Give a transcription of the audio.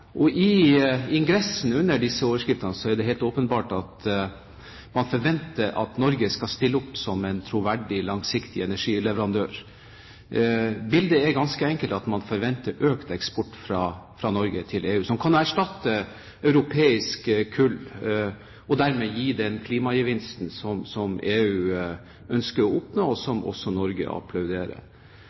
og i ingressen til disse overskiftene er det helt åpenbart at man forventer at Norge skal stille opp som en troverdig, langsiktig energileverandør. Bildet er ganske enkelt at man forventer økt eksport fra Norge til EU, som kan erstatte europeisk kull og dermed gi EU den klimagevinsten som de ønsker å oppnå, og som også Norge